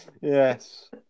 Yes